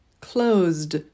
Closed